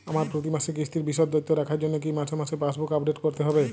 আমার প্রতি মাসের কিস্তির বিশদ তথ্য রাখার জন্য কি মাসে মাসে পাসবুক আপডেট করতে হবে?